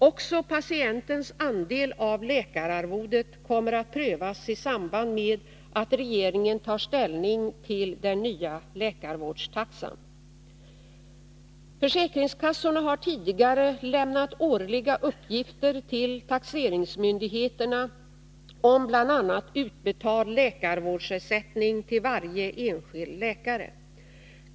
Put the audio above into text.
Också patientens andel av läkararvodet kommer att prövas i samband med att regeringen tar ställning till den nya läkarvårdstaxan. Försäkringskassorna har tidigare lämnat årliga uppgifter till taxeringsmyndigheterna om bl.a. utbetald läkarvårdsersättning till varje enskild läkare.